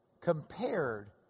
Compared